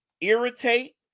irritate